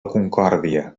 concòrdia